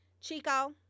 Chico